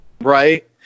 Right